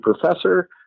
professor